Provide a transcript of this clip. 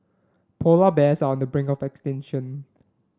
polar bears are on the brink of extinction